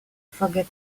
forget